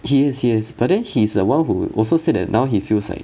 he is he is but then he's the one who also said that now he feels like